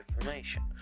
information